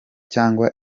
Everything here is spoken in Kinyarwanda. cyangwa